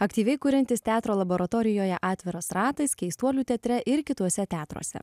aktyviai kuriantis teatro laboratorijoje atviras ratas keistuolių teatre ir kituose teatruose